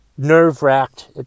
Nerve-wracked